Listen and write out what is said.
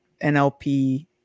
NLP